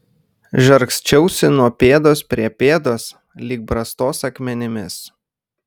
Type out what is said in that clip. žargsčiausi nuo pėdos prie pėdos lyg brastos akmenimis